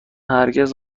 هرگز